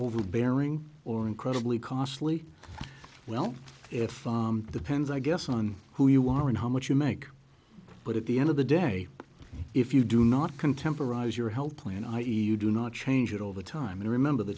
overbearing or incredibly costly well if the pens i guess on who you are and how much you make but at the end of the day if you do not contemporize your health plan i e you do not change it all the time and remember the